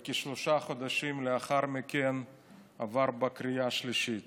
וכשלושה חודשים לאחר מכן עבר בקריאה השלישית.